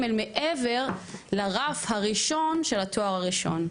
אל מעבר הרף הראשון של התואר הראשון.